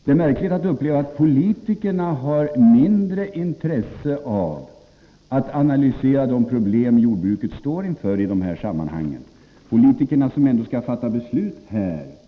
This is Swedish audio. Det är märkligt att uppleva att politikerna har ett mindre intresse än näringen själv av att analysera de problem jordbruket står inför i dessa sammanhang — politikerna som ändå skall fatta beslut.